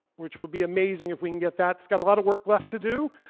which will be amazing if we can get that. it's got a lot of work left to do.